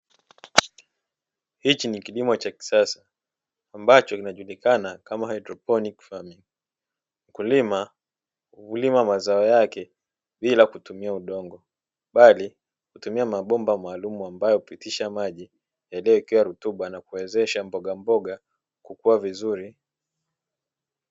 Hichi ni kilimo cha kisasa ambacho kinajulikana kama HYDROPONIC FARMING. Mkulima hulima mazao yake bila kutumia udongo bali hutumia mabomba maalumu ambayo hupitisha maji yaliyowekewa rutuba na kuwezesha mbogamboga kukuwa vizuri.